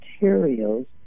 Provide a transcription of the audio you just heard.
materials